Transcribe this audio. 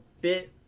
bit